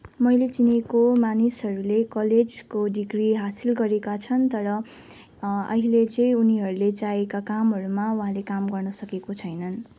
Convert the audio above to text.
मैले चिनेको मानिसहरूले कलेजको डिग्री हासिल गरेका छन् तर अहिले चाहिँ उनीहरूले चाहेका कामहरूमा उहाँले काम गर्नसकेको छैनन्